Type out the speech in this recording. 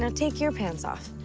take your pants off.